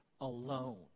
alone